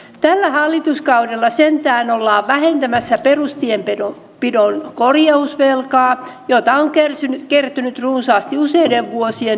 tällä hallituskaudella sentään ollaan vähentämässä perustienpidon korjausvelkaa jota on kertynyt runsaasti useiden vuosien laiminlyönnin seurauksena